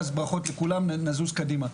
אז ברכות לכולם, נזוז קדימה.